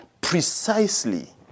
precisely